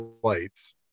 flights